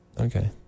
okay